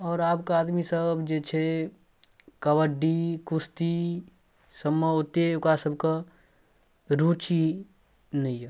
आओर आबके आदमीसभ जे छै कबड्डी कुश्तीसबमे ओतेक ओकरासभके रुचि नहि अइ